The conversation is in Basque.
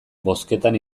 bozketan